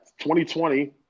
2020